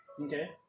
okay